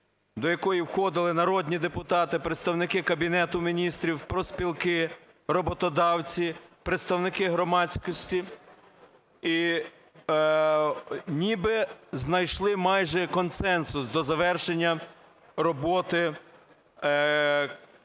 до якої входили народні депутати, представники Кабінету Міністрів, профспілки, роботодавці, представники громадськості. І ніби знайшли майже консенсус до завершення роботи робочої